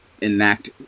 enact